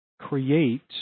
create